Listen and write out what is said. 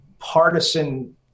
partisan